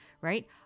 right